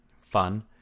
fun